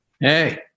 Hey